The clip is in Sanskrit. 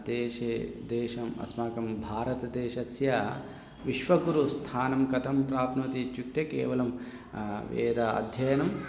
देशे देशम् अस्माकं भारतदेशस्य विश्वगुरुस्थानं कथं प्राप्नोति इत्युक्ते केवलं वेदाध्ययनम्